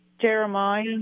Jeremiah